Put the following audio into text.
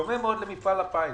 בדומה מאוד למפעל הפיס.